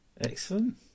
excellent